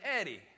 Eddie